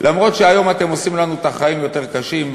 אף שהיום אתם עושים לנו את החיים יותר קשים,